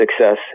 success